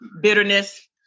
bitterness